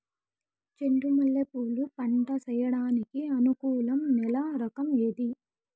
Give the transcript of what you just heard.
చెండు మల్లె పూలు పంట సేయడానికి అనుకూలం నేల రకం ఏది